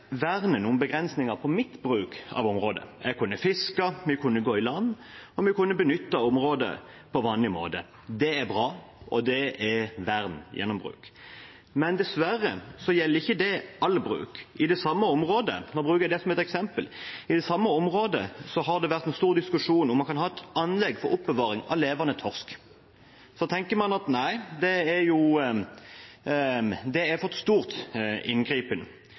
vernet noen begrensninger på mitt bruk av området. Jeg kunne fiske. Vi kunne gå i land, og vi kunne benytte området på vanlig måte. Det er bra, og det er vern gjennom bruk. Dessverre gjelder ikke det all bruk i det samme området. Jeg kan bruke det som et eksempel. I det samme området har det vært en stor diskusjon om man kan ha et anlegg for oppbevaring av levende torsk. Så tenker man at nei, det er en for stor inngripen. Selv om kommunen lokalt ønsker det, er